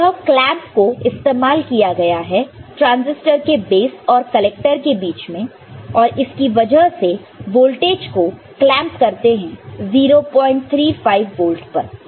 तो यह क्लैंप को इस्तेमाल किया गया है ट्रांजिस्टर के बेस और कलेक्टर के बीच में और इसकी वजह से वोल्टेज को क्लैंप करते हैं 035 वोल्ट पर